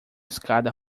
escada